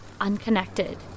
unconnected